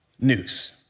news